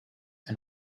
and